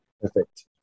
Perfect